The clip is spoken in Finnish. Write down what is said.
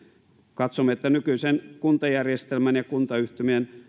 katsomme että nykyisen kuntajärjestelmän ja kuntayhtymien